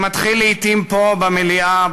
זה מתחיל לעתים פה במליאה,